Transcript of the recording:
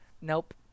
nope